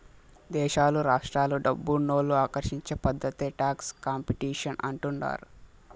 దేశాలు రాష్ట్రాలు డబ్బునోళ్ళు ఆకర్షించే పద్ధతే టాక్స్ కాంపిటీషన్ అంటుండారు